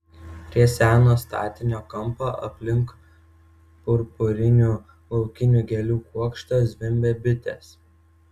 prie seno statinio kampo aplink purpurinių laukinių gėlių kuokštą zvimbė bitės